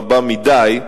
רבה מדי,